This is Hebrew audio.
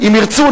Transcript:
אם ירצו,